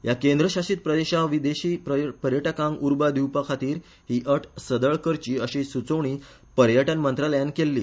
ह्या केंद्र शासित प्रदेशांत विदेशी पर्यटनाक उर्बा दिवपा खातीर हि अट सदळ करची अशी सुचोवणी पर्यटन मंत्रालयान केल्ली